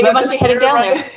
must be heading down there.